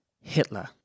Hitler